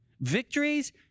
victories